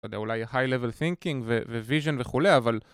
אתה יודע אולי היי לבל סינקינג וויז'ן וכולי אבל